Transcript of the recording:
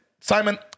Simon